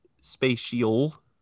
spatial